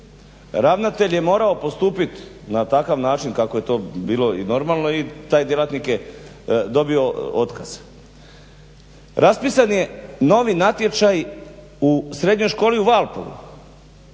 Ravnatelj je morao postupit na takav način kako je to bilo i normalno i taj djelatnik je dobio otkaz. Raspisan je novi natječaj u srednjoj školi u Valpovu